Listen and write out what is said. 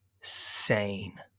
sane